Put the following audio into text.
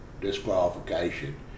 disqualification